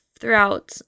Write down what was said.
throughout